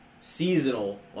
seasonal